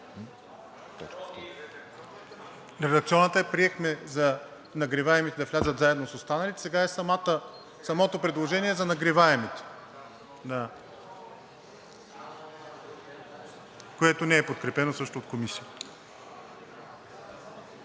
Редакционната я приехме – нагреваемите да влязат заедно с останалите, сега е самото предложение за нагреваемите, което също не е подкрепено от Комисията.